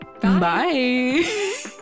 Bye